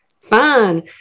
Fun